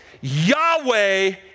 Yahweh